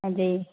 అది